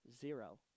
Zero